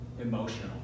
emotional